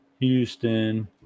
houston